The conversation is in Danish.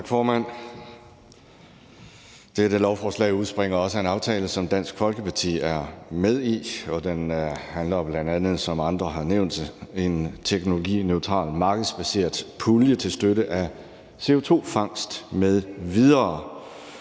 Tak, formand. Dette lovforslag udspringer af en aftale, som også Dansk Folkeparti er med i, og den handler, som andre har nævnt, bl.a. om en teknologineutral, markedsbaseret pulje til støtte af CO2-fangst m.v.